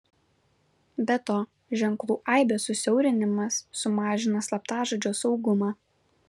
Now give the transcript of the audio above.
be to ženklų aibės susiaurinimas sumažina slaptažodžio saugumą